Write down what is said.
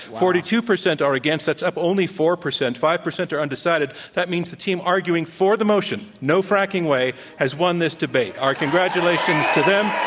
forty two percent are against, that's up only four percent, five percent are undecided, that means the team arguing for the motion no fracking way, has won this debate. our congratulations to them.